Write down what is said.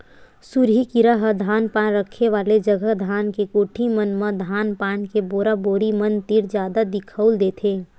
सुरही कीरा ह धान पान रखे वाले जगा धान के कोठी मन म धान पान के बोरा बोरी मन तीर जादा दिखउल देथे